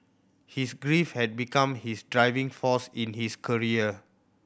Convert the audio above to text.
his grief had become his driving force in his career